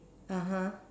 (uh huh)